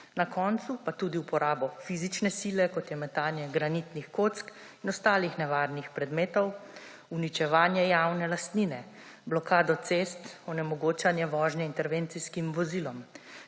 na koncu pa tudi uporabi fizične sile, kot je metanje granitnih kock in ostalih nevarnih predmetov, uničevanje javne lastnine, blokado cest, onemogočanje vožnje intervencijskim vozilom,